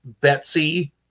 Betsy